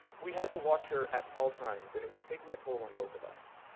we had to watch her at all times, and it was taking a toll on both of us.